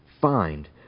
find